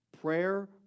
Prayer